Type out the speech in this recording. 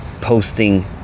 posting